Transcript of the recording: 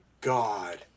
God